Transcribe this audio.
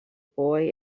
boy